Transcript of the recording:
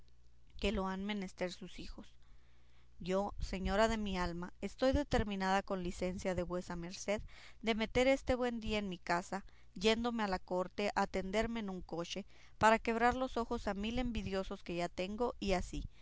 que lo han menester sus hijos yo señora de mi alma estoy determinada con licencia de vuesa merced de meter este buen día en mi casa yéndome a la corte a tenderme en un coche para quebrar los ojos a mil envidiosos que ya tengo y así